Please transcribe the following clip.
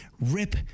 Rip